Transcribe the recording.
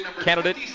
candidate